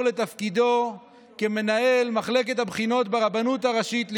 לתפקידו כמנהל מחלקת הבחינות ברבנות הראשית לישראל.